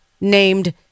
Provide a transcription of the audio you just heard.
named